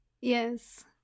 Yes